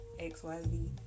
xyz